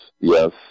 yes